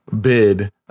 bid